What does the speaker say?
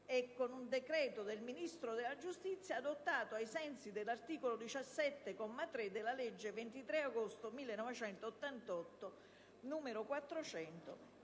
con decreto del Ministro della giustizia adottato, ai sensi dell'articolo 17, comma 3, della legge 23 agosto 1988, n. 400,